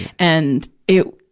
and, it,